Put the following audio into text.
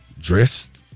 dressed